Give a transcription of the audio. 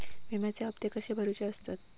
विम्याचे हप्ते कसे भरुचे असतत?